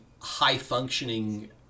high-functioning